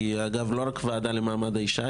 אגב היא לא רק הוועדה למעמד האישה,